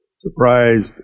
surprised